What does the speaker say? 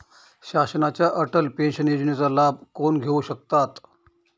शासनाच्या अटल पेन्शन योजनेचा लाभ कोण घेऊ शकतात?